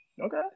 Okay